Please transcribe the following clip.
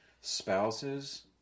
spouses